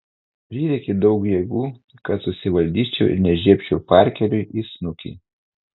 prireikė daug jėgų kad susivaldyčiau ir nežiebčiau parkeriui į snukį